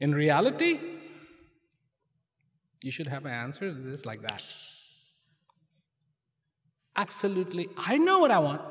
in reality you should have answers like that absolutely i know what i want